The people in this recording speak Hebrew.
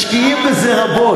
משקיעים בזה רבות,